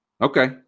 Okay